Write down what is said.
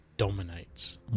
Dominates